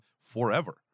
forever